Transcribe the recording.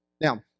Now